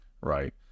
right